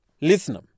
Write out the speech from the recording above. Listen